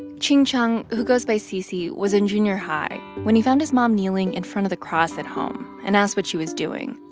ching chung, who goes by c c, was in junior high when he found his mom kneeling in front of the cross at home and asked what she was doing.